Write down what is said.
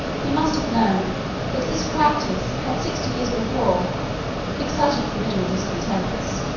he must have known that this practice had sixty years before excited formidable discontents,